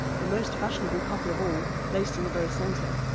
the most fashionable couple of all, placed in the very centre,